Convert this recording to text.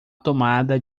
tomada